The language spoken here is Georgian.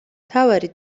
მთავარი